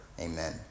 Amen